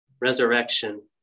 resurrection